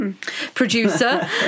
producer